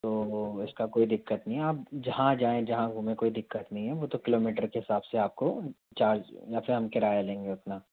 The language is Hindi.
तो इसका कोई दिक़्क़त नहीं है आप जहाँ जाएँ जहाँ घूमे कोई दिक़्क़त नहीं है वो तो किलोमीटर के हिसाब से आपको चार्ज या फिर हम किराया लेंगे उतना